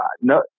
no